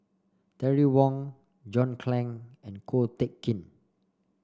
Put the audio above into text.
Terry Wong John Clang and Ko Teck Kin